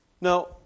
Now